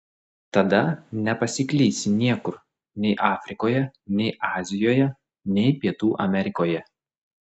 tada nepasiklysi niekur nei afrikoje nei azijoje nei pietų amerikoje